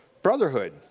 Brotherhood